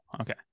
Okay